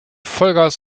vollgas